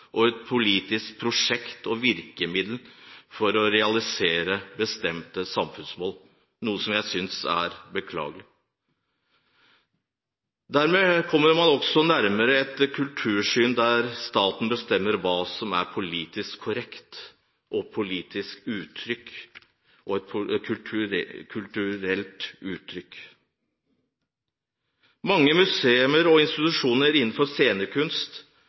et politisk prosjekt og et virkemiddel for å realisere bestemte samfunnsmål, noe som jeg synes er beklagelig. Dermed kommer man også nærmere et kultursyn der staten bestemmer hva som er politisk korrekte kulturelle uttrykk. Mange museer og institusjoner innenfor scenekunst ser det som sin oppgave bl.a. å ta vare på og